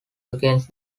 against